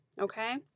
Okay